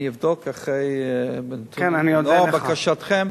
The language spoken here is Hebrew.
לאור בקשתכם,